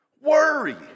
worry